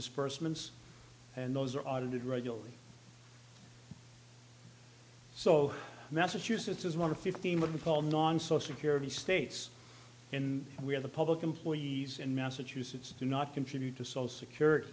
disbursements and those are audited regularly so massachusetts is one of fifteen what we call non social security states in where the public employees in massachusetts do not contribute to social security